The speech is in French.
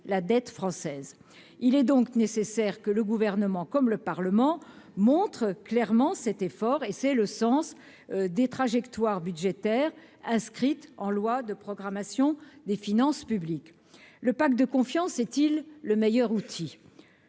la dette française. Il est donc nécessaire que le Gouvernement et le Parlement montrent clairement qu'ils font cet effort. C'est le sens des trajectoires budgétaires qui sont inscrites en loi de programmation des finances publiques. Le pacte de confiance est-il le meilleur outil